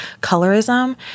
colorism